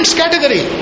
category